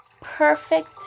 perfect